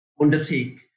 undertake